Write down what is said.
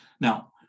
now